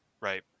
right